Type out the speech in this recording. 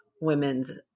women's